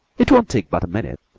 it won't take but a minute.